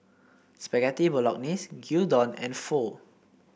Spaghetti Bolognese Gyudon and Pho